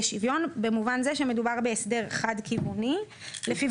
שוויון במובן זה שמדובר בהסדר חד כיווני לפיו